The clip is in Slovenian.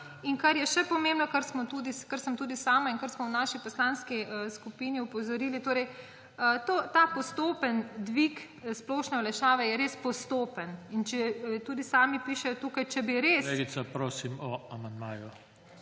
In kar je še pomembno, na kar sem tudi sama in na kar smo v naši poslanski skupini opozorili, ta postopni dvig splošne olajšave je res postopen. In tudi sami pišejo tukaj, da če bi res